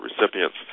recipients